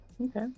Okay